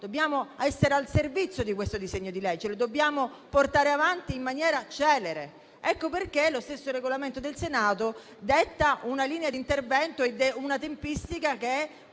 dobbiamo essere al servizio di questo disegno di legge e lo dobbiamo esaminare in maniera celere. Ecco perché lo stesso Regolamento del Senato detta una linea di intervento e una tempistica che